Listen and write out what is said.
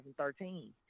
2013